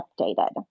updated